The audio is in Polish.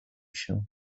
się